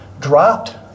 dropped